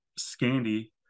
Scandy